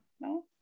no